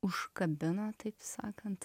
užkabino taip sakant